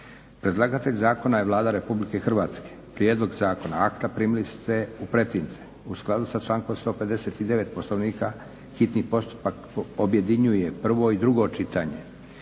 Predlagatelj zakona je Vlada Republike Hrvatske. Prijedlog zakona akta primili ste u pretince. Sukladno članku 159. Poslovnika hitni postupak objedinjuje prvo i drugo čitanje.